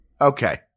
Okay